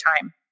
time